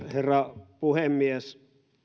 herra puhemies